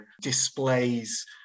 displays